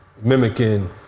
mimicking